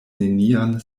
nenian